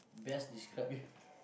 best describe you